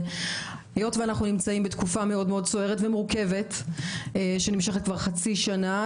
והיות שאנחנו נמצאים בתקופה מאוד מאוד מורכבת שנמשכת כבר חצי שנה,